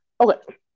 okay